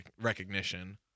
recognition